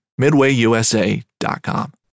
MidwayUSA.com